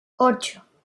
ocho